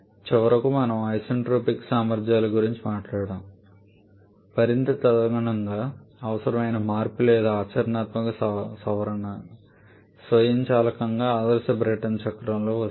చివరకు మనము ఐసెన్ట్రోపిక్ సామర్థ్యాల గురించి మాట్లాడాము మరియు తదనుగుణంగా అవసరమైన మార్పు లేదా ఆచరణాత్మక సవరణ స్వయంచాలకంగా ఆదర్శ బ్రైటన్ చక్రంలోకి వస్తుంది